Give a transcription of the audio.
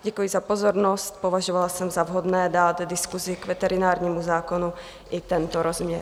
Děkuji za pozornost, považovala jsem za vhodné dát k diskusi k veterinárnímu zákonu i tento rozměr.